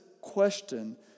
question